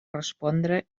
respondre